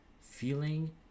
feeling